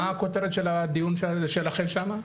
מה הכותרת של הדיון שלכם שמה?